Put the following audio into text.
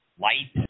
light